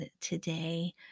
today